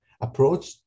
approach